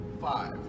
five